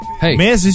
Hey